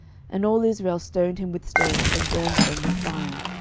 and all israel stoned him with stones, and burned them with fire,